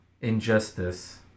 injustice